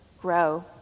grow